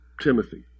Timothy